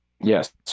Yes